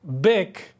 big